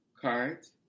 cards